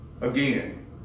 Again